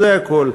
זה הכול.